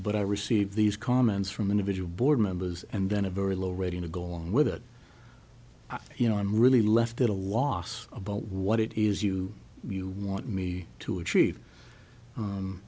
but i receive these comments from individual board members and then a very low rating to go along with it you know i'm really left at a loss about what it is you you want me to achieve